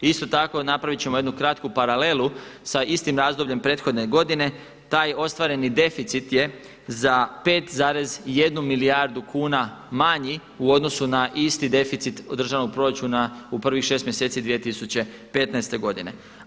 Isto tako napraviti ćemo jednu kratku paralelu sa istim razdobljem prethodne godine, taj ostvareni deficit je za 5,1 milijardu kuna manji u odnosu na isti deficit državnog proračuna u prvih 6 mjeseci 2015. godine.